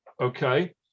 Okay